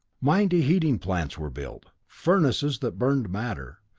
mighty heating plants were built furnaces that burned matter,